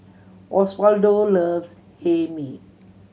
Osvaldo loves Hae Mee